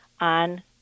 on